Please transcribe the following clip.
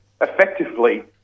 effectively